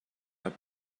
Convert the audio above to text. are